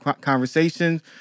conversations